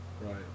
right